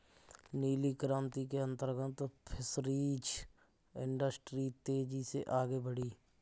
नीली क्रांति के अंतर्गत फिशरीज इंडस्ट्री तेजी से आगे बढ़ी